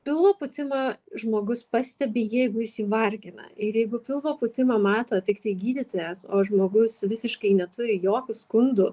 pilvo pūtimą žmogus pastebi jeigu jis jį vargina ir jeigu pilvo pūtimą mato tiktai gydytojas o žmogus visiškai neturi jokių skundų